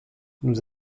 nous